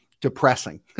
Depressing